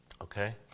Okay